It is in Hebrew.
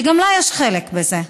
שגם לה יש חלק בזה.